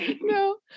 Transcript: no